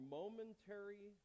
momentary